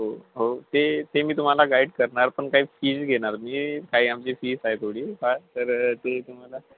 हो हो ते ते मी तुम्हाला गाईड करणार पण काही फीज घेणार मी काही आमची फीस आहे थोडी का तर ते तुम्हाला